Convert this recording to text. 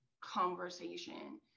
conversation